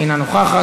אינה נוכחת,